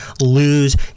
lose